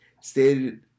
stated